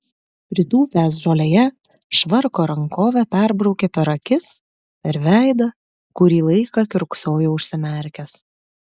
pritūpęs žolėje švarko rankove perbraukė per akis per veidą kurį laiką kiurksojo užsimerkęs